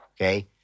Okay